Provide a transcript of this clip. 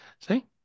See